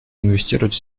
инвестировать